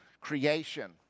creation